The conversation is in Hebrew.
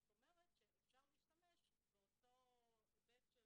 זאת אומרת שאפשר להשתמש באותו היבט של